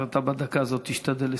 ואתה בדקה הזאת תשתדל לסיים.